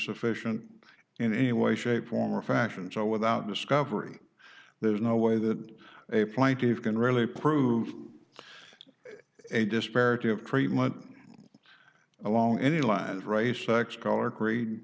sufficient in any way shape form or fashion so without discovery there's no way that a plaintive can really prove a disparity of treatment along any line of race sex color creed